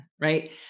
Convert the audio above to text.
Right